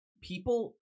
people